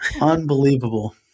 Unbelievable